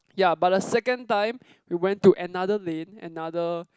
ya but the second time we went to another lane another